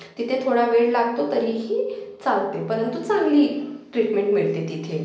तिथे थोडा वेळ लागतो तरी ही चालते परंतु चांगली ट्रीटमेंट मिळते तिथे